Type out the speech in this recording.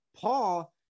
paul